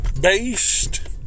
based